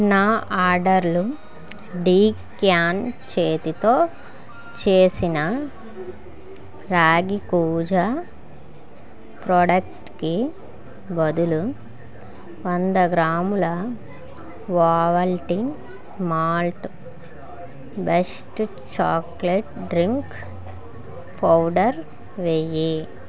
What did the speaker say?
నా ఆర్డర్లు డీక్యాన్ చేతితో చేసిన రాగి కూజ ప్రాడక్ట్కి బదులు వంద గ్రాముల Ovaltine malt based chocolate drink powder వేయి